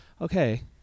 okay